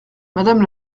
madame